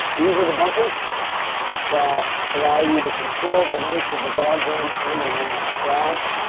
these are the bumpers that allow you to control the length of the dog run on the line itself.